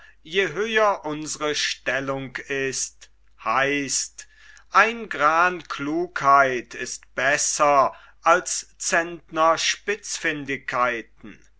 je höher unsre stellung ist heißt ein gran klugheit ist besser als centner